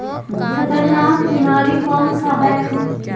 खतरनाक बीमारी कौन सा है?